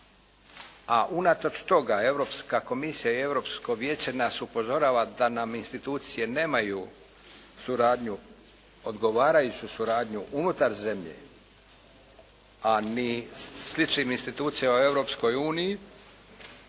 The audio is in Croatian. a unatoč toga Europska komisija i Europsko vijeće nas upozorava da nam institucije nemaju suradnju, odgovarajuću suradnju unutar zemlje, a ni sličnim institucijama Europskoj uniji,